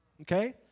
okay